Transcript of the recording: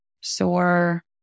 sore